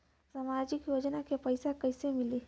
सामाजिक योजना के पैसा कइसे मिली?